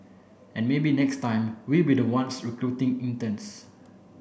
and maybe next time we'll be the ones recruiting interns